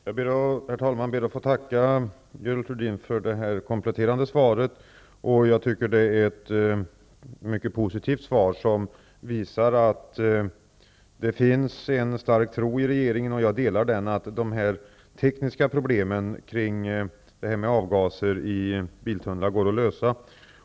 Herr talman! Jag ber att få tacka Görel Thurdin för det kompletterande svaret. Jag tycker att det är ett mycket positivt svar som visar att det finns en stark tro i regeringen, som jag delar, att de tekniska problemen när det gäller avgaser i biltunnlar går att lösa.